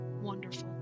wonderful